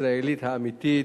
הישראלית האמיתית,